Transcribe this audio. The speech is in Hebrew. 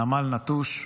הנמל נטוש.